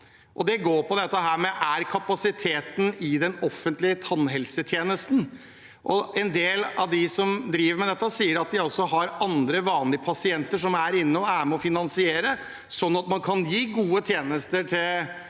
som går på kapasiteten i den offentlige tannhelsetjenesten. En del av dem som driver med dette, sier at de også har andre vanlige pasienter som er inne, og som er med og finansierer, sånn at man kan gi gode tjenester til